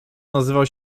nazywał